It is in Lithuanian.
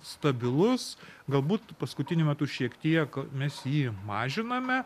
stabilus galbūt paskutiniu metu šiek tiek mes jį mažiname